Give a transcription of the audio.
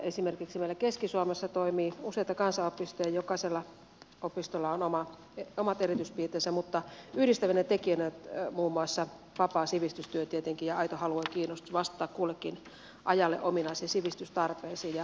esimerkiksi meillä keski suomessa toimii useita kansanopistoja ja jokaisella opistolla on omat erityispiirteensä mutta yhdistävänä tekijänä on muun muassa vapaa sivistystyö tietenkin ja aito halu ja kiinnostus vastata kullekin ajalle ominaisiin sivistystarpeisiin